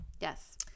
Yes